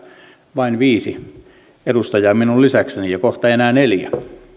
vain viisi edustajaa minun lisäkseni ja kohta enää neljä